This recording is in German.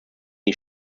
die